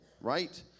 right